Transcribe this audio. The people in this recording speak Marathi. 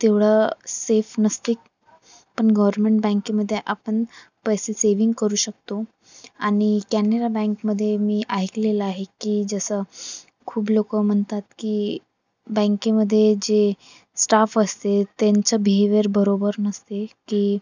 तेवढं सेफ नसते पण गव्हर्मेंट बँकेमध्ये आपण पैसे सेविंग करू शकतो आणि कॅनेरा बँकमध्ये मी ऐकलेलं आहे की जसं खूप लोकं म्हणतात की बँकेमध्ये जे स्टाफ असते त्यांचं बिहेवियर बरोबर नसते की